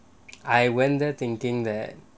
I went there thinking that